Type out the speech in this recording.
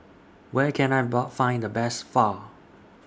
Where Can I Bar Find The Best Pho